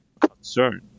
concern